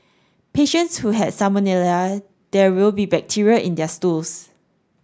patients who have salmonella there will be bacteria in their stools